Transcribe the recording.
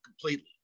completely